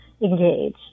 engage